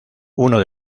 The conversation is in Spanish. uno